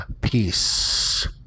peace